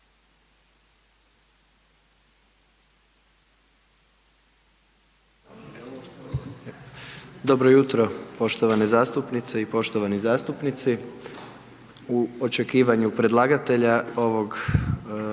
Dobro jutro poštovane zastupnice i poštovani zastupnici u očekivanju predlagatelja ovog